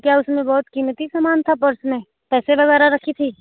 तो क्या उसमें बहुत कीमती समान था पर्स में पैसे वगैरह रखी थी